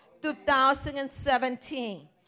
2017